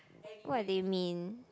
what they mean